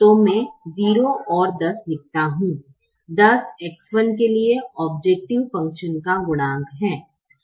तो मैं 0 और 10 लिखता हूं 10 X 1 के लिए औब्जैकटिव फ़ंक्शन का गुणांक है